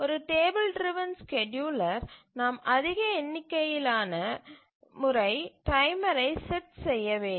ஒரு table driven scheduler நாம் அதிக எண்ணிக்கையிலான முறை டைமரை செட் செய்ய வேண்டும்